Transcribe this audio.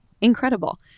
incredible